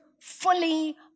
fully